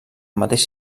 mateix